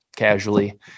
casually